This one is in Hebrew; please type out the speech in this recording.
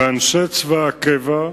ואנשי צבא הקבע,